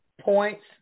points